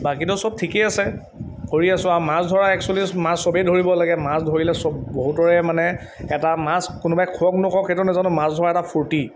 বাকীতো সব ঠিকেই আছে কৰি আছোঁ আৰু মাছ ধৰা এক্সুৱেলি মাছ সবেই ধৰিব লাগে মাছ ধৰিলে সব বহুতৰে মানে এটা মাছ কোনোবাই খাওক নাখাওক সেইটো নাজানো মাছ ধৰা এটা ফূৰ্তি